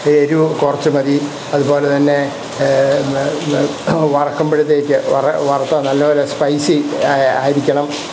എരിവു കുറച്ചു മതി അതുപോലെ തന്നെ വറക്കുമ്പോഴത്തേക്ക് വറ വറുത്ത നല്ല പോലെ സ്പൈസ്സി ആയ ആയിരിക്കണം